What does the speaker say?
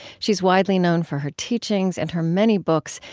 she's widely known for her teachings and her many books,